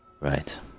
Right